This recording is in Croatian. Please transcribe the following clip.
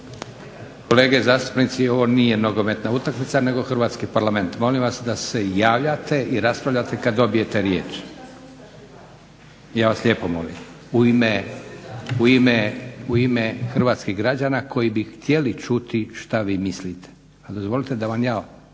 Kolege zastupnici, ovo nije nogometna utakmica nego Hrvatski Parlament. Molim vas da se javljate i raspravljate kad dobijete riječ. Ja vas lijepo molim u ime hrvatskih građana koji bi htjeli čuti što vi mislite, pa dozvolite da vam ja